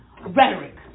rhetoric